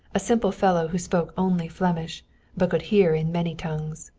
a simple fellow who spoke only flemish but could hear in many tongues.